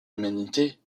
humanité